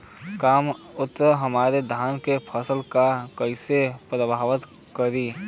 कम आद्रता हमार धान के फसल के कइसे प्रभावित करी?